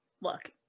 Look